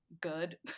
good